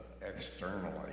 externally